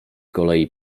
kolei